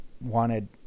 wanted